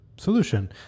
solution